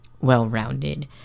well-rounded